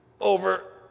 over